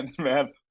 man